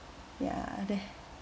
ya